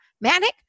manic